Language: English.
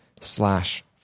slash